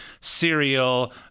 cereal